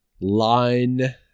line